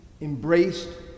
embraced